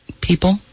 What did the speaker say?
people